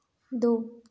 दो